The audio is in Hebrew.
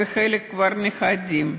וחלק כבר נכדים,